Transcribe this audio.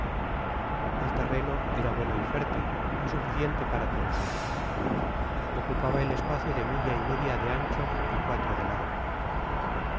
el terreno era bueno y fértil y suficiente para todcs ellos ocupaba el espacio de mill a y media de ancho y cuatro de largo